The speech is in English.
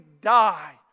die